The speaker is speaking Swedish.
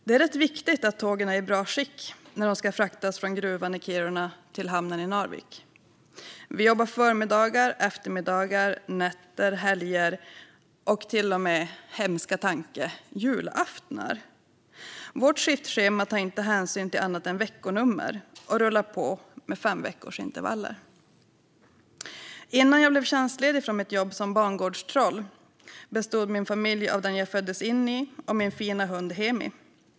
Det är rätt viktigt att tågen är i bra skick när de ska fraktas från gruvan i Kiruna till hamnen i Narvik. Vi jobbar förmiddagar, eftermiddagar, nätter, helger och till och med - hemska tanke - julaftnar. Vårt skiftschema tar inte hänsyn till annat än veckonummer och rullar på med femveckorsintervall. Innan jag blev tjänstledig från mitt jobb som bangårdstroll bestod min familj av den jag föddes in i och min fina hund Hemi.